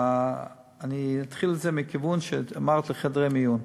אני אתחיל את זה מהכיוון שדיברת עליו, חדרי מיון.